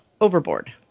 overboard